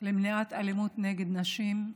למניעת אלימות כלפי נשים,